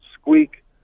squeak